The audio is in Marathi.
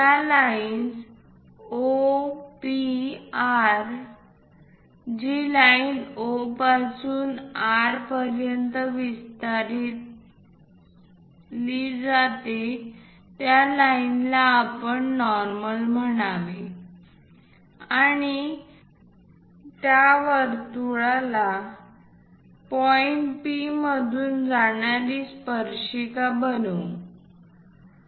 त्या लाइन्स O P R जी लाईन O पासून R पर्यंत विस्तारली त्या लाईनला आपण नॉर्मल म्हणावे आणि त्या वर्तुळाला पॉईंट P मधून जाणारी स्पर्शिका बनवू